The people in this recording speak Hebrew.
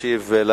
ישיב על